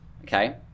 Okay